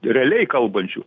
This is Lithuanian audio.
realiai kalbančių